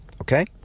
Okay